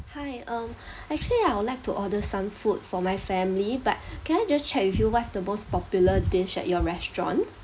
hi um actually I would like to order some food for my family but can I just check with you what's the most popular dish at your restaurant